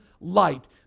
light